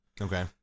Okay